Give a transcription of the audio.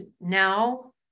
now